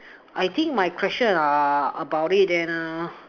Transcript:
I think my question are about it then uh